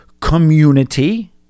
community